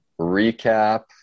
recap